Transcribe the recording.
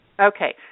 Okay